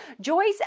Joyce